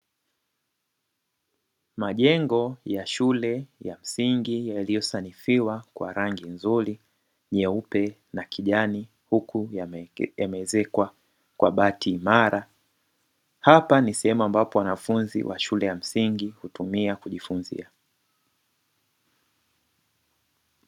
Majengo ya shule ya msingi yaliyosanifiwa kwa rangi nzuri nyeupe na kijani huku yameezekwa kwa bati imara. Hapa ni sehemu ambapo wanafunzi wa shule ya msingi hutumia kujifunzia.